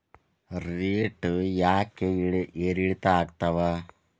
Rate ಯಾಕೆ ಏರಿಳಿತ ಆಗ್ತಾವ?